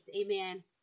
amen